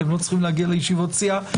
אתם לא צריכים להגיע לישיבות סיעה.